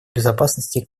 безопасности